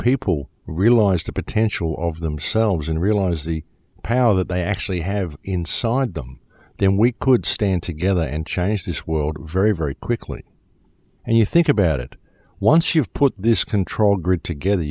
people realize the potential of themselves and realize the power that they actually have inside them then we could stand together and chinese this world very very quickly and you think about it once you've put this control grid together